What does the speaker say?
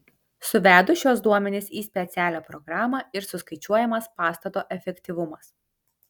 suvedus šiuos duomenis į specialią programą ir suskaičiuojamas pastato efektyvumas